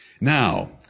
Now